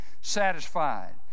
satisfied